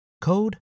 code